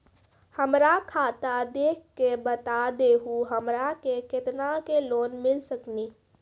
हमरा खाता देख के बता देहु हमरा के केतना के लोन मिल सकनी?